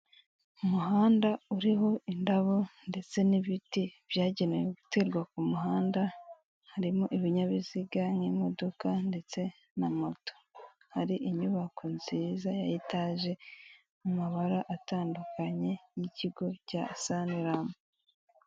Umuhanda uriho indabo ndetse n'ibiti byagenewe guterwa ku muhanda, harimo ibinyabiziga n'imodoka ndetse na moto, hari inyubako nziza ya etaje mu mabara atandukanye y'ikigo cya saniramu.